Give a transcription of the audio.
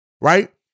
right